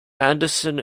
andersen